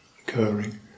occurring